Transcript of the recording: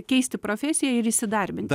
keisti profesiją ir įsidarbinti